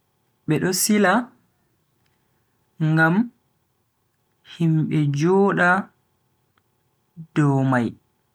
Bedo sila ngam himbe jooda dow mai.